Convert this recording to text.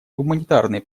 гуманитарной